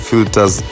Filters